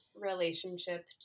relationship